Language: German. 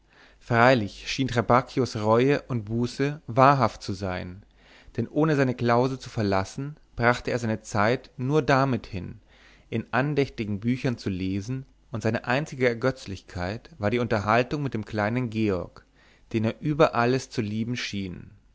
freilich schien trabacchios reue und buße wahrhaft zu sein denn ohne seine klause zu verlassen brachte er seine zeit nur damit hin in andächtigen büchern zu lesen und seine einzige ergötzlichkeit war die unterhaltung mit dem kleinen georg den er über alles zu lieben schien